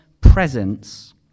presence